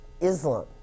Islam